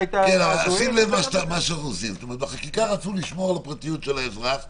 בחקיקה רצו לשמור על פרטיות האזרח ואמרו: